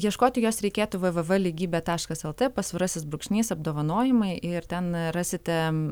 tai ieškoti jos reikėtų www lygybė taškas lt pasvirasis brūkšnys apdovanojimai ir ten rasite